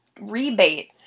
rebate